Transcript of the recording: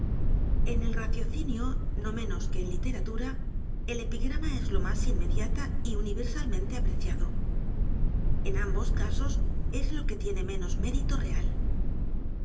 n el raciocinio no m e nos que en literatura el epigrama es lo más inmediata y universalmente apreciado en ambos casos es lo que tiene menos mérito real